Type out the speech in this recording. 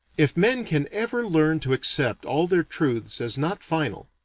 if men can ever learn to accept all their truths as not final,